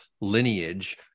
lineage